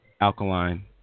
alkaline